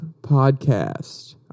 Podcast